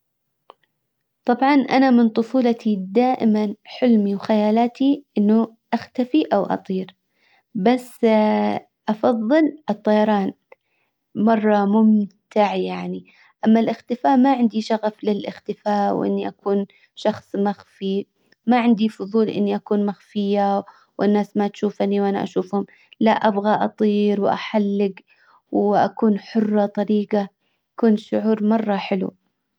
طبعا انا من طفولتي دائما حلمي وخيالاتي انه اختفي او اطير. بس افظل الطيران مرة ممتع يعني. اما الاختفاء ما عندي شغف للاختفاء واني اكون شخص مخفي. ما عندي فضول اني اكون مخفية والناس ما تشوفني وانا اشوفهم. لا ابغى اطير واحلق. واكون حرة طليجة كون شعور مرة حلو.